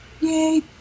Yay